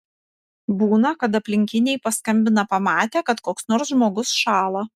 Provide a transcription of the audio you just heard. būna kad aplinkiniai paskambina pamatę kad koks nors žmogus šąla